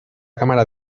cámara